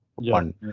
one